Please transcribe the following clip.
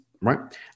right